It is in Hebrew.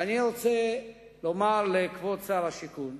ואני רוצה לומר לכבוד שר השיכון,